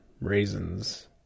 raisins